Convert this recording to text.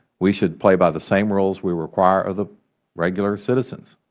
we should play by the same rules we require of the regular citizens,